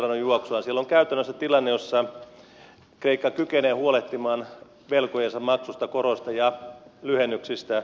siellä on käytännössä tilanne jossa kreikka kykenee huolehtimaan velkojensa maksusta koroista ja lyhennyksistä